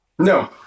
No